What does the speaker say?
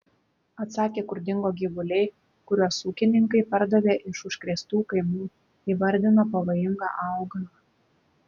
atsakė kur dingo gyvuliai kuriuos ūkininkai pardavė iš užkrėstų kaimų įvardino pavojingą augalą